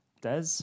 Des